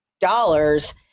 dollars